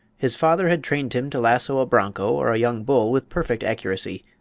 his father had trained him to lasso a bronco or a young bull with perfect accuracy,